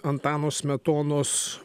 antano smetonos